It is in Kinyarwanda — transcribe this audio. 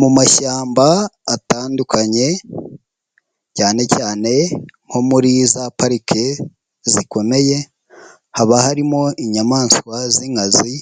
Mu mashyamba atandukanye cyane cyane nko muri za parike zikomeye, haba harimo inyamaswa z'inkazi